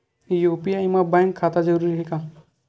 UPI मा bank खाता जरूरी हे?